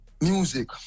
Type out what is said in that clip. music